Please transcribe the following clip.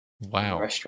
Wow